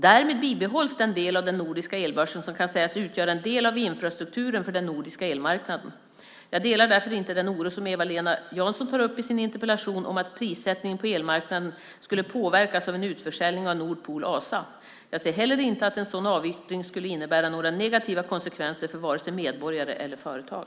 Därmed bibehålls den del av den nordiska elbörsen som kan sägas utgöra en del av infrastrukturen för den nordiska elmarknaden. Jag delar därför inte den oro som Eva-Lena Jansson tar upp i sin interpellation om att prissättningen på elmarknaden skulle påverkas av en utförsäljning av Nord Pool ASA. Jag ser heller inte att en sådan avyttring skulle innebära några negativa konsekvenser för vare sig medborgare eller företag.